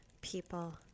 people